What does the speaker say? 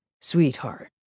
Sweetheart